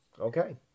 Okay